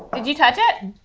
did you touch it?